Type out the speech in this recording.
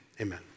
amen